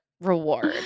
reward